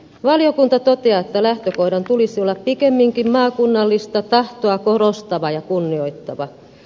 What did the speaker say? valiokunta toteaa että lähtökohdan tulisi olla pikemminkin maakunnallista tahtoa korostava ja kunnioittava